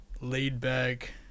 laid-back